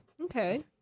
Okay